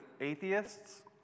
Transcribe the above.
atheists